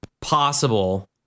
possible